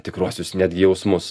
tikruosius netgi jausmus